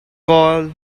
call